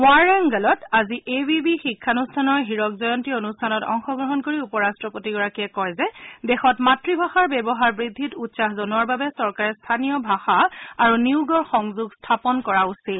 ৱাৰেংগেলত আজি A V V শিক্ষানুষ্ঠানৰ হীৰক জয়ন্তী অনুষ্ঠানত অংশগ্ৰহণ কৰি উপ ৰাট্টপতিগৰাকীয়ে কয় যে দেশত মাতৃভাষাৰ ব্যৱহাৰ বৃদ্ধিত উৎসাহ জনোৱাৰ বাবে চৰকাৰে স্থানীয় ভাষা আৰু নিয়োগৰ সংযোগ স্থাপন কৰা উচিত